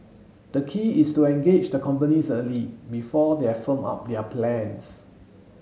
the key is to engage the companies early before they have firmed up their plans